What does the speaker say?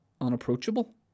unapproachable